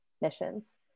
missions